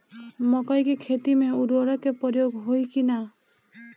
मकई के खेती में उर्वरक के प्रयोग होई की ना?